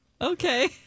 Okay